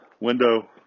window